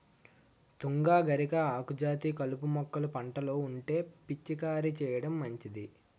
తుంగ, గరిక, ఆకుజాతి కలుపు మొక్కలు పంటలో ఉంటే పిచికారీ చేయడం మంచిది